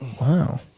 Wow